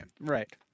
right